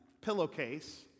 pillowcase